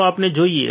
ચાલો આપણે જોઈએ